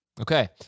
Okay